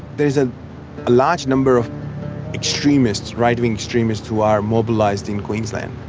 there's a large number of extremists, right wing extremists who are mobilised in queensland.